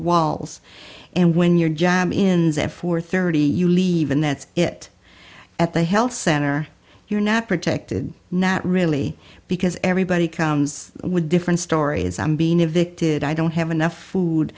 walls and when your job in four thirty you leave and that's it at the health center you're not protected not really because everybody comes with different stories i'm being evicted i don't have enough food